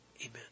Amen